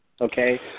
okay